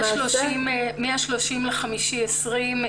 מה-30 במאי 2020,